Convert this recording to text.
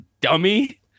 dummy